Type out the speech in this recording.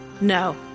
no